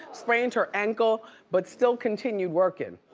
sprained her ankle, but still continued workin'.